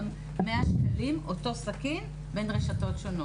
של 100 שקלים על אותו סכין בין רשתות שונות.